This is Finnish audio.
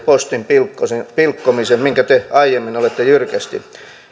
juuri postin pilkkomisen pilkkomisen minkä te aiemmin olette jyrkästi